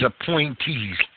appointees